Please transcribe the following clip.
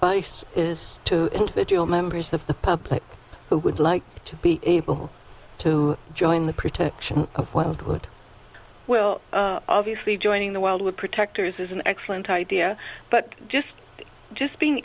advice is to the deal members of the public who would like to be able to join the protection of well good well obviously joining the world would protectors is an excellent idea but just just being